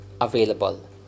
available